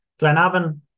Glenavon